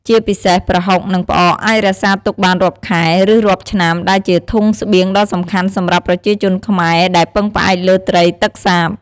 ជាពិសេស ប្រហុក និងផ្អក អាចរក្សាទុកបានរាប់ខែ ឬរាប់ឆ្នាំ ដែលជាធុងស្បៀងដ៏សំខាន់សម្រាប់ប្រជាជនខ្មែរ ដែលពឹងផ្អែកលើត្រីទឹកសាប។